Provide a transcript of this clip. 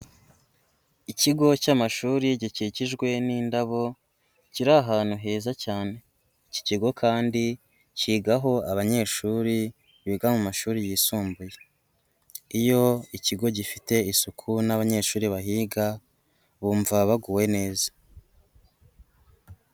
Ikigo cy'amashuri gikikijwe n'indabo kiri ahantu heza cyane, iki kigo kandi cyigaho abanyeshuri biga mu mashuri yisumbuye, iyo ikigo gifite isuku n'abanyeshuri bahiga bumva baguwe neza.